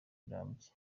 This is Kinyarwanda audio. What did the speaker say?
rirambye